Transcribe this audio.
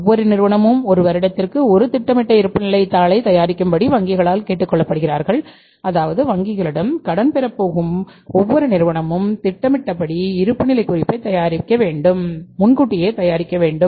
ஒவ்வொரு நிறுவனமும் 1 வருடத்திற்கு ஒரு திட்டமிடப்பட்ட இருப்புநிலைத் தாளைத் தயாரிக்கும்படி வங்கிகளால் கேட்டுக்கொள்ளப்படுகிறார்கள் அதாவது வங்கிகளிடம் கடன் பெறப்போகும் ஒவ்வொரு நிறுவனமும் திட்டமிடப்பட்ட இருப்புநிலைக் குறிப்பைத் தயாரிக்கக் வேண்டும்